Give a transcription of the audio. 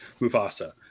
Mufasa